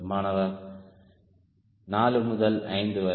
மாணவர் 4 முதல் 5 வரை